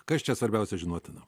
kas čia svarbiausia žinotina